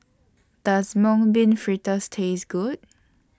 Does Mung Bean Fritters Taste Good